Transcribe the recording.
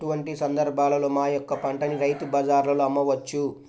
ఎటువంటి సందర్బాలలో మా యొక్క పంటని రైతు బజార్లలో అమ్మవచ్చు?